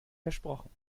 versprochen